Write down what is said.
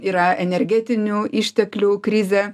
yra energetinių išteklių krizė